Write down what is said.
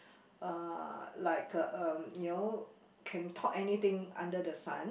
uh like (um)you know can talk anything under the sun